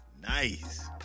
Nice